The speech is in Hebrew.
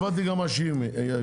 הבנתי גם את מה שהיא אומרת.